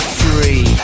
free